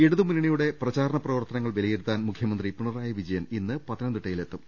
ഇടതുമുന്നണിയുടെ പ്രചാരണ പ്രവർത്തനങ്ങൾ വിലയിരുത്താൻ മുഖ്യമന്ത്രി പിണറായി വിജയൻ ഇന്ന് പത്തനംതിട്ടയിൽ എത്തും